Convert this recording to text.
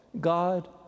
God